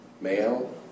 male